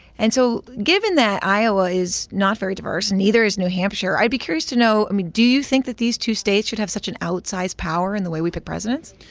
and so given that iowa is not very diverse and neither is new hampshire, i'd be curious to know i mean, do you think that these two states should have such an outsized power in the way we pick presidents?